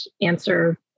answer